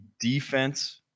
defense